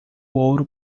ouro